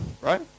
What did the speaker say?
right